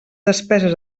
despeses